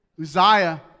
Uzziah